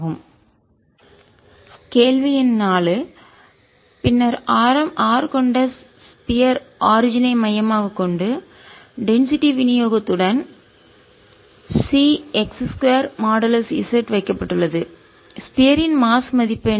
dmρdVCr3cosθr2drsin θdθdϕCr5 cosθϕdrdθ dϕ கேள்வி எண் 4 பின்னர் ஆரம் r கொண்ட ஸ்பியர் கோளத்தின் ஆரிஜின் ஐ மையமாகக் கொண்டு டென்சிட்டிஅடர்த்தி விநியோகத்துடன் Cx 2 மாடுலஸ் z வைக்கப்பட்டுள்ளதுஸ்பியர் இன் மாஸ் மதிப்பு என்ன